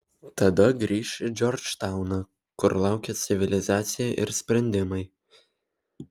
tada grįš į džordžtauną kur laukė civilizacija ir sprendimai